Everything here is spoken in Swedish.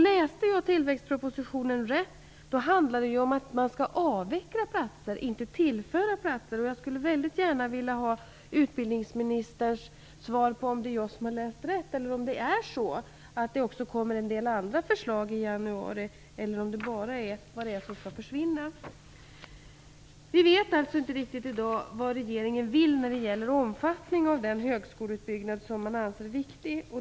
Läste jag tillväxtpropositionen rätt, handlar det om att man skall avveckla, inte tillföra, platser. Jag skulle väldigt gärna vilja ha ett svar från utbildningsministern på denna punkt. Har jag läst rätt? Kommer det också en del andra förslag i januari, eller handlar det bara om det som skall försvinna? Vi vet alltså i dag inte riktigt vad regeringen vill när det gäller omfattningen av den höskoleutbyggnad man anser vara viktig.